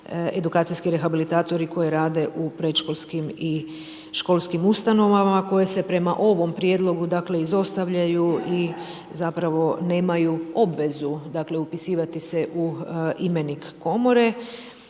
edukacijski rehabilitatori koji rade u predškolskim i školskim ustanovama koje se prema ovom prijedlogu dakle izostavljaju i zapravo nemaju obvezu upisivati se u imenik komore